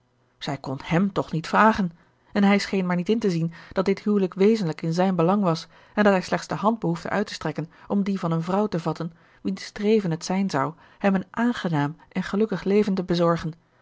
zij kon hem toch niet vragen en hij scheen maar niet in te zien dat dit huwelijk wezenlijk in zijn belang was en dat hij slechts de hand behoefde uit te strekken om die van eene vrouw te vatten wiens streven het zijn zou hem een aangenaam en gelukkig leven te bezorgen